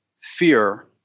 fear